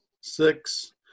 six